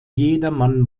jedermann